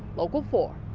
local four.